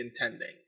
intending